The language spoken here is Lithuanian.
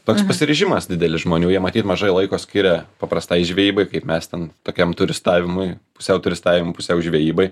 toks pasiryžimas didelis žmonių jie matyt mažai laiko skiria paprastai žvejybai kaip mes ten tokiam turistavimui pusiau turistavimui pusiau žvejybai